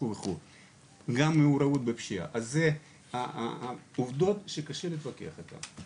גם מעורבות בפשיעה ולכן אלו עובדות שקשה להתווכח איתן.